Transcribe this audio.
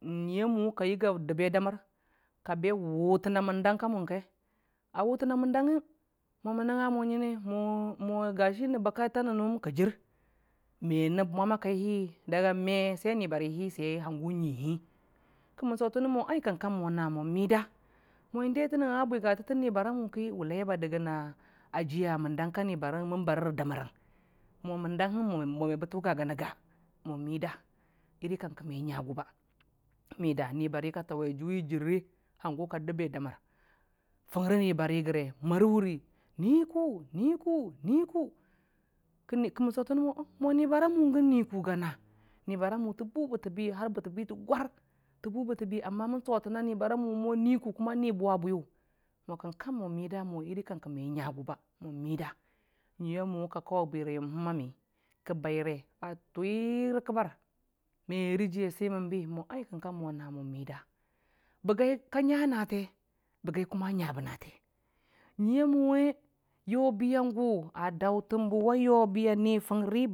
Nyʊiyamʊwə ka yaga daba damar kabə a wʊtana andan ka mʊngdə a wʊtana mandangnga mo o man nanga mo nganə nabba kai ka jir mə nab mwam a kai hi daga mə sai nibariyangʊ na hangʊngʊihi kaman sotana mo ai kamkam mo na mo mida mo indai ta nangnga bwigatə tan nibariyamʊ ki wʊlai ba dagan a jiya mandong ka ni bariyamʊwʊng ki man barə ra damarrang mo mandangbang mə ba tʊgaganaga mon mida iri a kankə mə ngagʊ ba ga nibani ka tawə jʊwi jarrə ka dabə daman fʊngrə nibari raga marə wʊri go nikʊ nikʊ nikʊ kaman sotanə mo o nibariyawʊ gani nikʊ ga nibarriyamʊ ta bʊ natabi har wajən ta gwar ta bʊ batabi amma man sotana nibari yamʊ mo nikʊ mo kankam mo mida mo iri kangkə mə agagʊ mida ngwiya mʊwə ka kawə bi ra yambam a mi kabairə a gwiro kabar məraji swimanbi məkam mo na mida bagi ka nga natə bagi kʊma a ngabə natə ngʊiyamʊwə yobiyangʊ a dontanbawa ni fʊngri